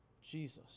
Jesus